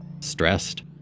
Stressed